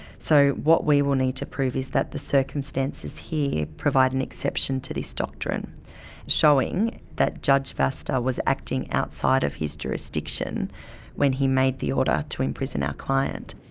so what we will need to prove is that the circumstances here provide an exception to this doctrine showing that judge vasta was acting outside of his jurisdiction when he made the order to imprison our client.